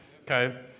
Okay